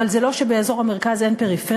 אבל זה לא שבאזור המרכז אין פריפריה.